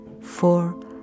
four